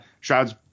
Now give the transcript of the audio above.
Shroud's